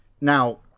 Now